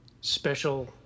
special